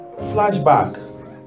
flashback